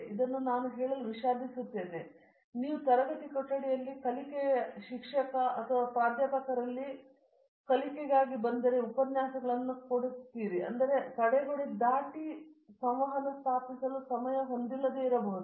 ಇದನ್ನು ಹೇಳಲು ನಾನು ವಿಷಾದಿಸುತ್ತಿದ್ದೇನೆ ಆದರೆ ನೀವು ತರಗತಿ ಕೊಠಡಿಯಲ್ಲಿ ಕಲಿಕೆಯ ಶಿಕ್ಷಕ ಅಥವಾ ಪ್ರಾಧ್ಯಾಪಕರಲ್ಲಿ ನಮ್ಮ ಕಲಿಕೆಯು ಬಂದರೆ ಮತ್ತು ಉಪನ್ಯಾಸಗಳನ್ನು ಕೊಡುತ್ತಿದ್ದರೆ ಮತ್ತು ಅದು ಅವರ ತಡೆಗೋಡೆ ದಾಟಿದನ್ನು ಸ್ಥಾಪಿಸಲು ಸಮಯವನ್ನು ಹೊಂದಿಲ್ಲದಿರಬಹುದು